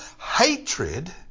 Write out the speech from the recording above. hatred